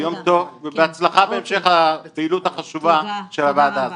יום טוב ובהצלחה בהמשך הפעילות החשובה של הוועדה הזו.